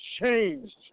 changed